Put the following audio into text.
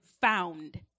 found